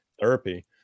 therapy